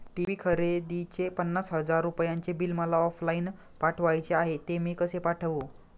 TV खरेदीचे पन्नास हजार रुपयांचे बिल मला ऑफलाईन पाठवायचे आहे, ते मी कसे पाठवू?